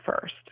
first